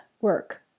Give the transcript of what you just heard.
work